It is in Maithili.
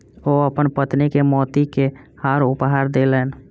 ओ अपन पत्नी के मोती के हार उपहार देलैन